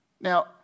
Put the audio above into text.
Now